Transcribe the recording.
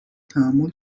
تحمل